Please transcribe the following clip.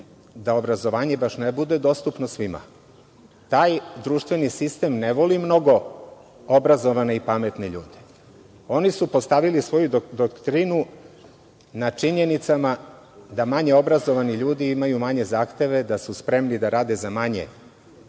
da obrazovanje baš ne bude dostupno svima. Taj društveni sistem ne voli mnogo obrazovane i pametne ljude. Oni su postavili svoju doktrinu na činjenicama da manje obrazovani ljudi imaju manje zahteve, da su spremni da rade za manje